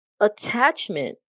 attachment